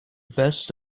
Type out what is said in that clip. best